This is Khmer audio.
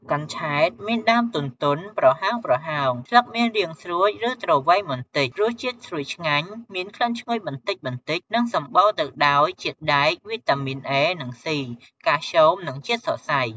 កញ្ឆែតមានដើមទន់ៗ ប្រហោងៗ ស្លឹកមានរាងស្រួច ឬទ្រវែងបន្តិច រសជាតិស្រួយឆ្ងាញ់ មានក្លិនឈ្ងុយបន្តិចៗ និងសម្បូរទៅដោយជាតិដែក វីតាមីនអេ និងស៉ី កាល់ស្យូម និងជាតិសរសៃ។